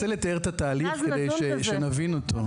אולי אני אנסה לתאר את התהליך כדי שנבין אותו.